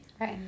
Right